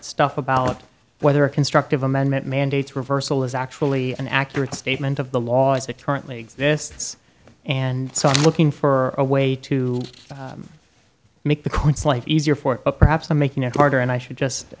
stuff about whether a constructive amendment mandates reversal is actually an accurate statement of the law as it currently exists and so i'm looking for a way to make the courts life easier for perhaps i'm making it harder and i should just